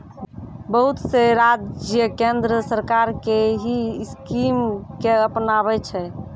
बहुत से राज्य केन्द्र सरकार के ही स्कीम के अपनाबै छै